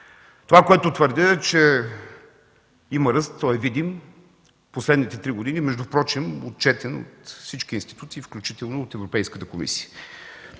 Това, което твърдя, е, че има ръст – той е видим в последните три години, отчетен от всички институции, включително и от Европейската комисия.